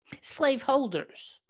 Slaveholders